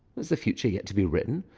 is the future yet to be written,